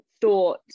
thought